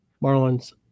marlin's